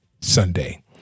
Sunday